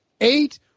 Eight